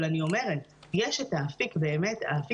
אבל אני אומרת שיש באמת את האפיק הערכי,